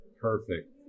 Perfect